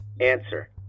Answer